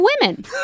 women